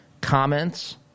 comments